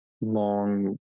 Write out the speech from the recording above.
long